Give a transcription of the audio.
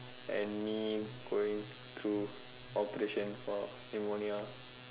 and me going through operation for pneumonia